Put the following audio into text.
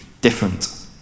different